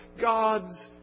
God's